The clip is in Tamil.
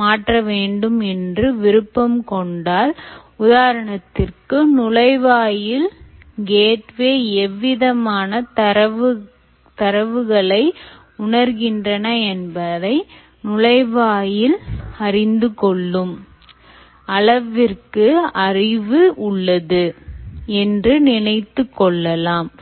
மாற்ற வேண்டும் என்று விருப்பம் கொண்டால் உதாரணத்திற்கு நுழைவாயில் எவ்விதமான தரவுகளை உணர்கின்றன என்பதை நுழைவாயில் அறிந்துகொள்ளும் அளவிற்கு அறிவு உள்ளது என்று நினைத்துக் கொள்ளலாம்